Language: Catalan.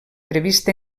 previst